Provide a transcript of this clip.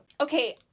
okay